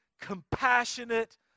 compassionate